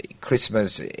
Christmas